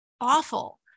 awful